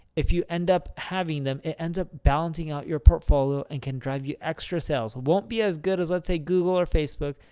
if you end up having them it ends up balancing out your portfolio and can drive you extra sales. it won't be as good as let's say google or facebook,